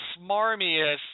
smarmiest